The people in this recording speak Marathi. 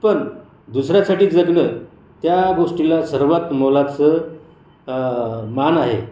पण दुसऱ्यासाठी जगणं त्या गोष्टीला सर्वांत मोलाचं मान आहे